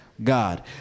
God